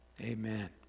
amen